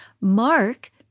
Mark